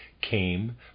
came